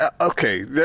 Okay